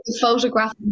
photograph